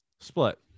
Split